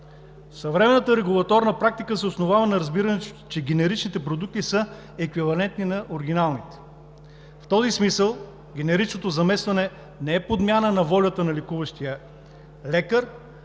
Съвременната регулаторна практика се основава на разбирането, че генеричните продукти са еквивалентни на оригиналните. В този смисъл генеричното заместване не е подмяна на волята на лекуващия лекар,